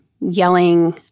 yelling